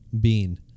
Bean